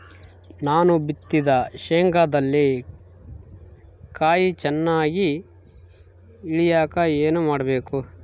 ನಾನು ಬಿತ್ತಿದ ಶೇಂಗಾದಲ್ಲಿ ಕಾಯಿ ಚನ್ನಾಗಿ ಇಳಿಯಕ ಏನು ಮಾಡಬೇಕು?